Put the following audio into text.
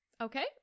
Okay